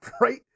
Right